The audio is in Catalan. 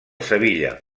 sevilla